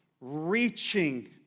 Reaching